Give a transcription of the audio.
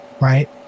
Right